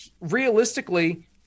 realistically